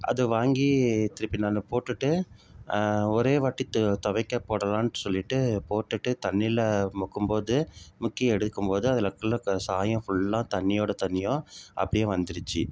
அது வாங்கி திருப்பி நான் போட்டுட்டு ஒரே வாட்டி துவைக்க போடலாம்னு சொல்லிட்டு போட்டுட்டு தண்ணியில் முக்கும் போது முக்கி எடுக்கும் போது அதில் இருக்கிற சாயம் ஃபுல்லாக தண்ணியோடு தண்ணியாக அப்படியே வந்துடுச்சு